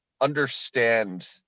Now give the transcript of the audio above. understand